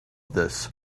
this